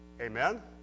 Amen